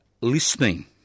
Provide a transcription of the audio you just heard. listening